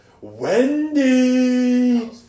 Wendy